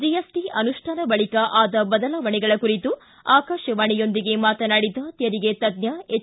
GST ಅನುಷ್ಠಾನ ಬಳಿಕ ಆದ ಬದಲಾವಣೆಗಳ ಕುರಿತು ಆಕಾಶವಾಣಿಯೊಂದಿಗೆ ಮಾತನಾಡಿದ ತೆರಿಗೆ ತಜ್ಜ ಎಚ್